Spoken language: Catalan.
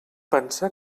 pensar